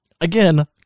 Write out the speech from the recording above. again